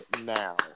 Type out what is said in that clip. Now